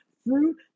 fruit